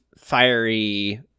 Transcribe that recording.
fiery